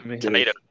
tomato